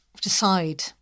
decide